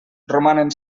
romanen